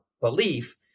belief